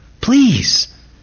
please